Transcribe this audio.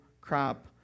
crop